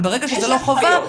אבל ברגע שזה לא חובה,